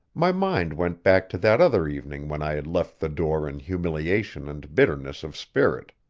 my mind went back to that other evening when i had left the door in humiliation and bitterness of spirit.